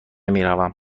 میروم